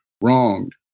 wronged